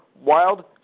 Wild